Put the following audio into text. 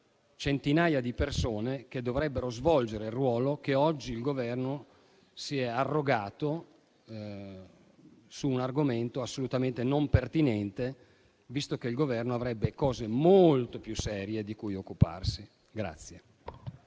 centinaia di persone che dovrebbero svolgere il ruolo che oggi il Governo si è arrogato su un argomento assolutamente non pertinente, visto che il Governo stesso avrebbe cose molto più serie di cui occuparsi.